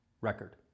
record